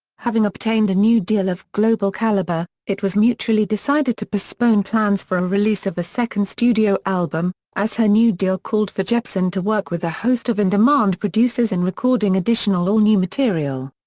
having obtained a new deal of global calibre, it was mutually decided to postpone plans for a release of a second studio album, as her new deal called for jepsen to work with a host of in demand producers in recording additional all new material.